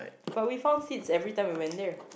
but we found sits every time we went there